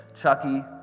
Chucky